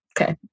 okay